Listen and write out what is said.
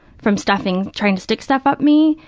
from stuffing, trying to stick stuff up me,